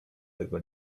tego